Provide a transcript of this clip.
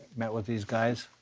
met with these guys.